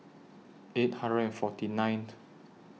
eight hundred and forty ninth